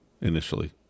initially